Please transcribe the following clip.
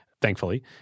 thankfully